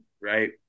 right